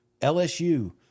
lsu